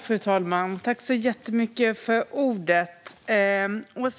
Fru talman! Åsa